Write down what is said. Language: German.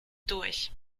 durch